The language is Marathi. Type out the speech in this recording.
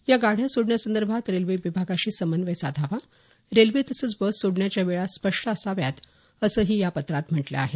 या गाड्या सोडण्यासंदर्भात रेल्वे विभागाशी समन्यव साधावा रेल्वे तसंच बस सोडण्याच्या वेळा स्पष्ट असाव्यात असंही या पत्रात म्हटलं आहे